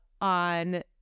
on